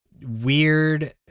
weird